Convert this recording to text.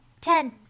Ten